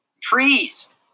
Trees